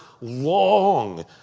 long